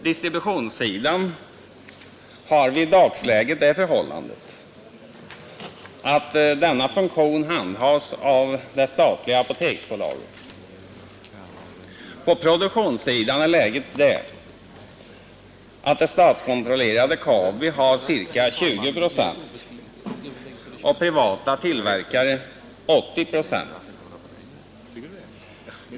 Distributionsfunktionen handhas i dagsläget av det statliga apoteksbolaget. På produktionssidan är läget att det statskontrollerade Kabi har cirka 20 procent och privata tillverkare 80 procent.